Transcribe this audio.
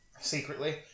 secretly